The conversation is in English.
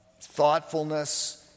thoughtfulness